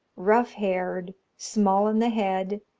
rough-haired, small in the head,